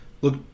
look